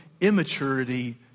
immaturity